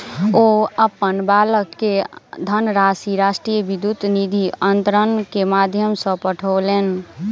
ओ अपन बालक के धनराशि राष्ट्रीय विद्युत निधि अन्तरण के माध्यम सॅ पठौलैन